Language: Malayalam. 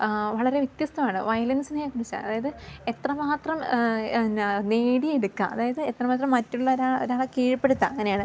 ആ വളരെ വ്യത്യസ്തമാണ് വയലൻസിനെ കുറിച്ചാണ് അതായത് എത്ര മാത്രം എന്നാ നേടിയെടുക്കുക അതായത് എത്ര മാത്രം മറ്റുള്ള ഒരാളെ കീഴ്പ്പെടുത്തുക അങ്ങനെയാണ്